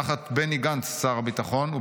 תחת שר הביטחון בני גנץ,